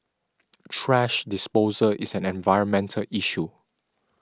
trash disposal is an environmental issue